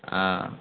ஆ